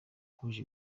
bahuje